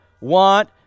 want